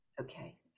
Okay